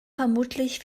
vermutlich